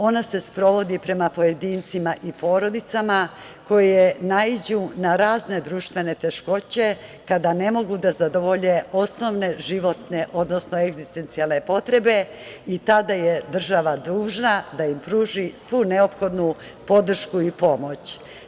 Ona se sprovodi prema pojedincima i porodicama koje naiđu na razne društvene teškoće kada ne mogu da zadovolje osnovne životne, odnosno egzistencijalne potrebe i tada je država dužna da im pruži svu neophodnu podršku i pomoć.